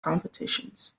competitions